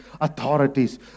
authorities